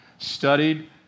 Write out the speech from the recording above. studied